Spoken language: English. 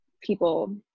people